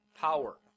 power